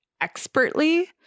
expertly